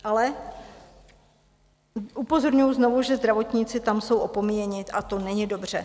Ale upozorňuji znovu, že zdravotníci tam jsou opomíjeni, a to není dobře.